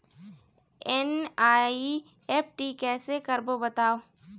NEFT कैसे करबो बताव?